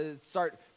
start